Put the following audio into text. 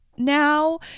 now